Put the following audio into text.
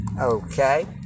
Okay